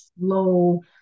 slow